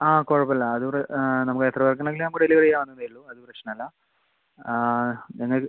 ആ കുഴപ്പം ഇല്ല അത് ഇവിടെ നമ്മൾ എത്ര പേർക്ക് ഉണ്ടെങ്കിലും നമുക്ക് ഡെലിവറി ചെയ്യാവുന്നതേ ഉള്ളൂ അത് പ്രശ്നം അല്ല നിങ്ങൾക്ക്